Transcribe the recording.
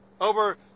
Over